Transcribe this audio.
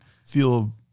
feel